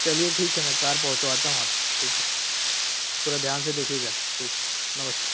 चलिए ठीक है मैं कार पहुंचवाता हूँ आपके यहाँ ठीक है थोड़ा ध्यान से देखिएगा ठीक नमस्ते